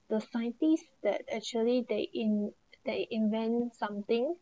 the scientists that actually they in~ they invent something